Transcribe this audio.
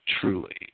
truly